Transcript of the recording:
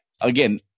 again